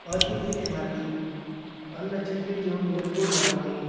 अति तिथे माती अन्नछत्री जेवण मिरपूड मागणे